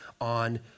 on